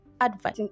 advice